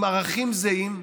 עם ערכים זהים,